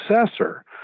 successor